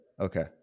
Okay